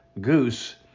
goose